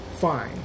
fine